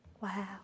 Wow